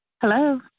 Hello